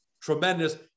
tremendous